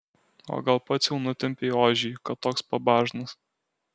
o gal pats jau nutempei ožį kad toks pabažnas